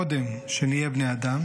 קודם שנהיה בני אדם.